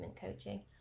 coaching